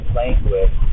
language